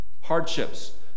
hardships